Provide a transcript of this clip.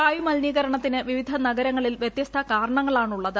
വായുമലിനീകരണത്തിന് വിവിധ നഗരങ്ങളിൽ വ്യത്യസ്ത കാരണങ്ങളാണ് ഉളളത്